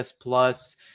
plus